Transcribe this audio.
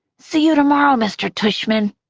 see you tomorrow, mr. tushman.